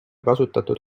kasutatud